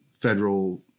federal